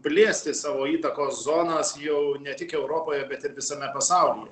plėsti savo įtakos zonas jau ne tik europoje bet ir visame pasaulyje